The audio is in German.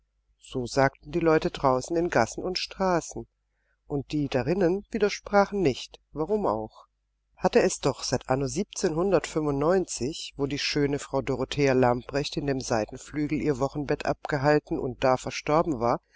so sagten die leute draußen in gassen und straßen und die darinnen widersprachen nicht warum auch hatte es doch seit anno wo die schöne frau dorothea lamprecht in dem seitenflügel ihr wochenbett abgehalten und da verstorben war